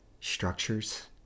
structures